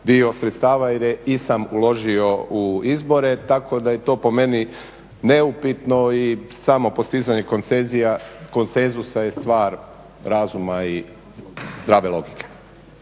dio sredstava jer je i sam uložio u izbore. Tako da je to po meni neupitno i samo postizanje konsenzusa je stvar razuma i zdrave logike.